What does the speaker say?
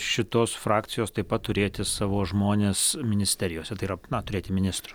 šitos frakcijos taip pat turėti savo žmones ministerijose tai yra na turėti ministrų